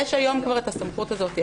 יש היום כבר את הסמכות הזאת.